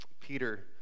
Peter